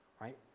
Right